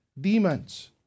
demons